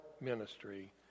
ministry